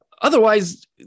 Otherwise